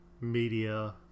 media